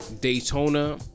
Daytona